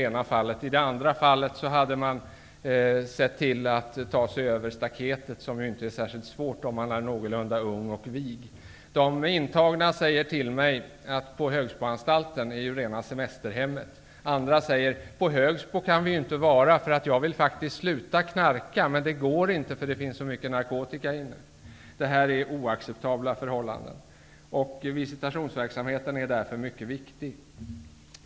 I det andra fallet tog man sig bara över staketet, vilket inte är särskilt svårt, om man är någorlunda ung och vig. De intagna säger till mig att Högsboanstalten är rena semesterhemmet. Andra säger: På Högsbo kan jag ju inte vara. Jag vill faktiskt sluta knarka, men det går inte, för det finns så mycket narkotika där inne. Detta är oacceptabla förhållanden. Visitationsverksamheten är därför mycket viktig.